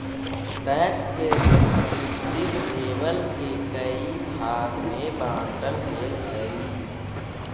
tax के descriptive label के कई भाग में बांटल गेल हई